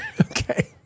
Okay